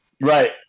Right